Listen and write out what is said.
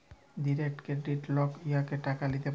direct credit লক উয়াতে টাকা ল্যিতে পারে